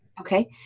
Okay